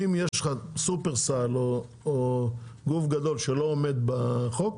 אם יש לך שופרסל או גוף גדול שלא עומד בחוק.